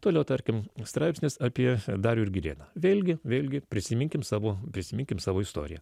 toliau tarkim straipsnis apie darių ir girėną vėlgi vėlgi prisiminkim savo prisiminkim savo istoriją